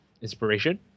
inspiration